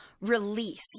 Release